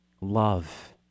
love